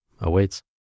awaits